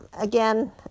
again